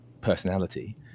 personality